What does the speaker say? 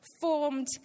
formed